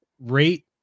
rate